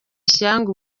ishyanga